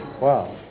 Wow